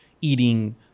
eating